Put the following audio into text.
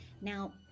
now